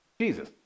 Jesus